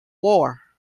war